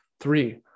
Three